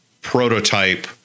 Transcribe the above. prototype